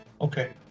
Okay